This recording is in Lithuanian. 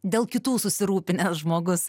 dėl kitų susirūpinęs žmogus